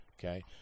okay